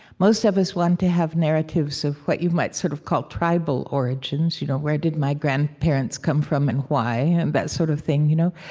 most of us want to have narratives of what you might sort of call tribal origins, you know where did my grandparents come from and why and that sort of thing, you know